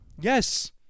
Yes